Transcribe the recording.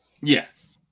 Yes